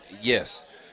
yes